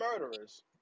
murderers